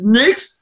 niks